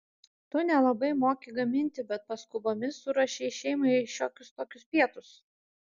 tu nelabai moki gaminti bet paskubomis suruošei šeimai šiokius tokius pietus